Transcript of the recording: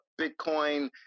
Bitcoin